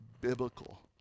biblical